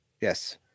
Yes